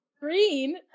Green